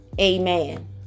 amen